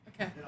Okay